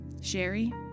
Sherry